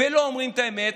ולא אומרים את האמת,